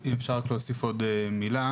אם אפשר רק להוסיף עוד מילה.